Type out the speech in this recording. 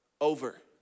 over